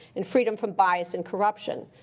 and freedom from bias and corruption.